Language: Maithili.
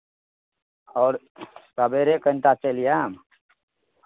आओर सवेरे कनि टा चलि आयब